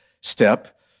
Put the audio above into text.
step